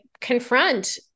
confront